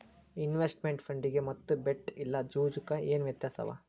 Investment ಫಂಡಿಗೆ ಮತ್ತ bet ಇಲ್ಲಾ ಜೂಜು ಕ ಏನ್ ವ್ಯತ್ಯಾಸವ?